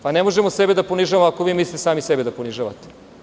Pa ne možemo sebe da ponižavamo, ako vi mislite sami sebe da ponižavate.